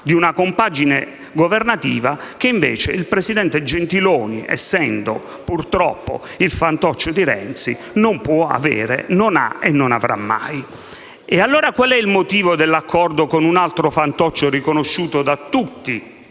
di una compagine governativa che invece il presidente Gentiloni Silveri, essendo purtroppo il fantoccio di Renzi, non può avere, non ha e non avrà mai. E allora qual è il motivo dell'accordo con un altro fantoccio riconosciuto da tutti